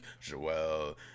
Joel